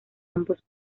ambos